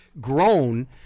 grown